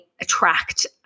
attract